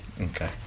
Okay